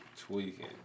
Tweaking